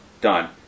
done